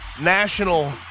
national